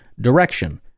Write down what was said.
direction